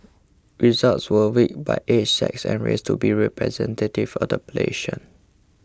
results were weighted by age sex and race to be representative of the plation